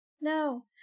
No